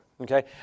okay